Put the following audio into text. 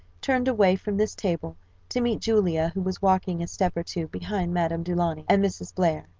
turned away from this table to meet julia who was walking a step or two behind madame du launy and mrs. blair.